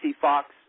Fox